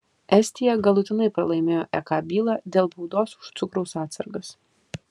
estija galutinai pralaimėjo ek bylą dėl baudos už cukraus atsargas